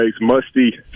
musty